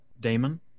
Damon